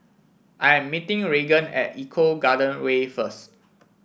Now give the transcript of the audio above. I am meeting Regan at Eco Garden Way first